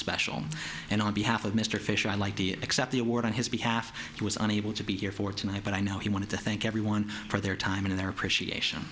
special and on behalf of mr fisher i like the accept the award on his behalf he was unable to be here for tonight but i know he wanted to thank everyone for their time and their appreciation o